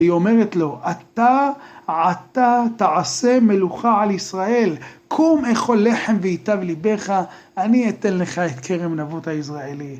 היא אומרת לו, אתה, עתה תעשה מלוכה על ישראל. קום, אכול לחם וייטב ליבך, אני אתן לך את כרם נבות היזרעאלי.